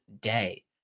day